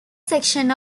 section